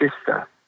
Sister